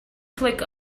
click